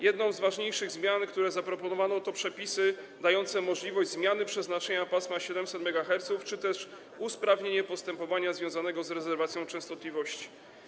Jedną z ważniejszych zmian, które zaproponowano, są przepisy dające możliwość zmiany przeznaczenia pasma 700 MHz czy też usprawnienia postępowania związanego z rezerwacją częstotliwości.